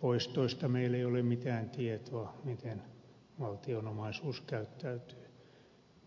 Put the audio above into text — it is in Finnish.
poistoista meillä ei ole mitään tietoa miten valtion omaisuus käyttäytyy